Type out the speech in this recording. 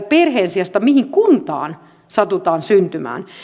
perheen sijasta sillä mihin kuntaan satutaan syntymään